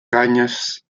cañas